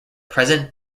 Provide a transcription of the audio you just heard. present